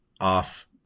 off